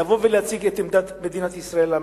לבוא ולהציג את עמדת מדינת ישראל האמיתית.